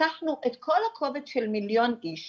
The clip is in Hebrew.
לקחנו את כל הקובץ של מיליון איש